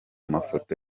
mafoto